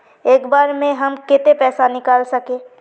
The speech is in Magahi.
एक बार में हम केते पैसा निकल सके?